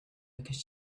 because